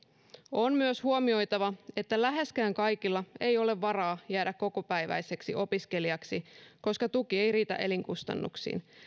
on myös huomioitava että läheskään kaikilla ei ole varaa jäädä kokopäiväiseksi opiskelijaksi koska tuki ei riitä elinkustannuksiin